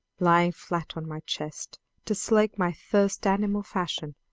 lying flat on my chest to slake my thirst animal fashion,